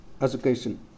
education